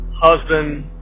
Husband